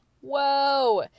Whoa